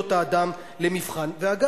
זה דבר